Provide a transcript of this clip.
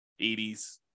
80s